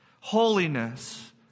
holiness